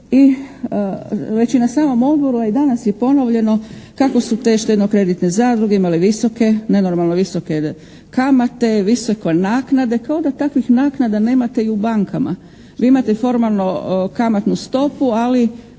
I već i na samom Odboru a i danas je ponovljeno kako su te štedno-kreditne zadruge imale visoke, nenormalno visoke kamate, visoke naknade kao da takvih naknada nemate i u bankama. Vi imate formalno kamatnu stopu, ali